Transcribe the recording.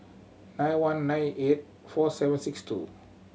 nine one nine eight four seven six two